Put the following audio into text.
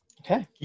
Okay